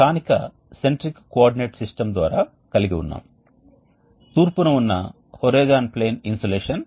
మన మునుపటి అప్లికేషన్లో ఫిక్స్డ్ బెడ్ రకమైన రీజెనరేటర్ని చూసినప్పుడు బెడ్లు స్థిరంగా ఉన్నాయని మరియు ఫ్లూయిడ్ ఒక బెడ్ నుండి మరొక బెడ్కి స్విచ్ ఆఫ్ అవుతుందని మేము చూశాము